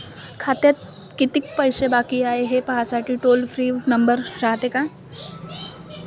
खात्यात कितीक पैसे बाकी हाय, हे पाहासाठी टोल फ्री नंबर रायते का?